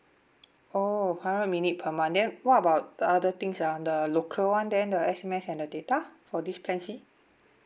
oh hundred minute per month then what about the other things ah the local one then the S_M_S and the data for this plan C